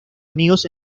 amigos